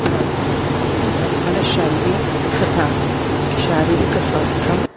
प्राप् मनश्शान्तिः तथा शारीरिकस्वास्थ्यं